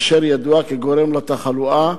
אשר ידוע כגורם לתחלואה,